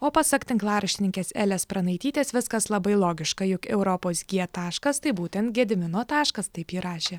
o pasak tinklaraštininkės elės pranaitytės viskas labai logiška jog europos g taškas tai būtent gedimino taškas taip ji rašė